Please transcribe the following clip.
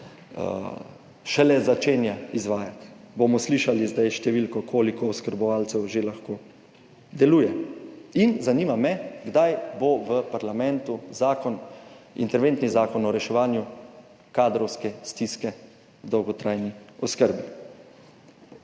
šele začenja izvajati. Bomo slišali zdaj številko, koliko oskrbovancev že lahko deluje. In zanima me, kdaj bo v parlamentu zakon, interventni zakon o reševanju kadrovske stiske, dolgotrajni oskrbi?